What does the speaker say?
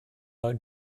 neuen